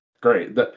great